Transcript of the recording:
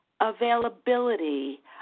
availability